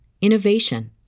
innovation